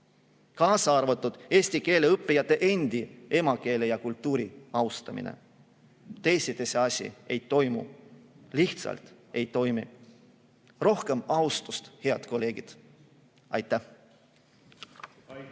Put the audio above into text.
kaasa arvatud eesti keele õppijate emakeele ja kultuuri austamine. Teisiti see asi ei toimi. Lihtsalt ei toimi! Rohkem austust, head kolleegid! Aitäh!